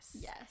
Yes